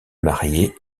marié